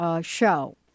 show